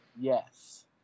Yes